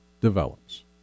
develops